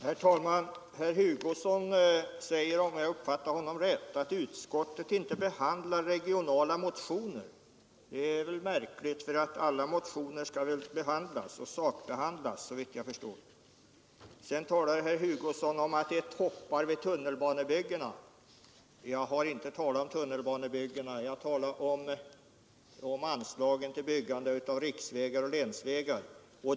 Herr talman! Herr Hugosson säger, om jag uppfattade honom rätt, att utskottet inte behandlar regionala motioner. Det är märkligt, ty alla motioner skall väl sakbehandlas, såvitt jag förstår. Herr Hugosson nämner att det finns toppar i tunnelbanebyggena. Jag har inte talat om tunnelbanebyggena, utan jag har talat om anslagen till byggande av riksvägar och länsvägar.